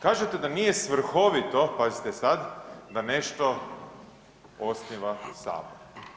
Kažete da nije svrhovito, pazite sad, da nešto osniva Sabor.